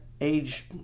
age